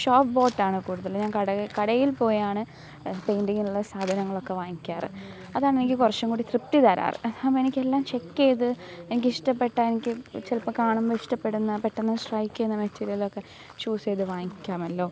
shop ബോട്ടാണ് കൂടുതലും ഞാൻ കട കടയിൽ പോയാണ് പെയിൻ്റിങ്ങിനുള്ള സാധനങ്ങളൊക്കെ വാങ്ങിക്കാറുള്ളത് അതാണ് എനിക്ക് കുറച്ചും കൂടി തൃപ്തി തരാറ് അപ്പോൾ എനിക്ക് എല്ലാം ചെക്ക് ചെയ്ത് എനിക്ക് ഇഷ്ടപ്പെട്ട എനിക്ക് ചിലപ്പോൾ കാണുമ്പോൾ ഇഷ്ടപ്പെടുന്ന പെട്ടെന്ന് സ്ട്രൈക്ക് ചെയ്യുന്ന മെറ്റീരിയലൊക്കെ ചൂസ് ചെയ്ത് വാങ്ങിക്കാമല്ലോ